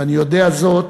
ואני יודע זאת,